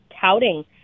touting